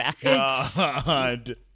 god